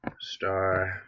Star